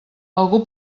algú